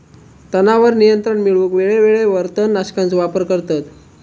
तणावर नियंत्रण मिळवूक वेळेवेळेवर तण नाशकांचो वापर करतत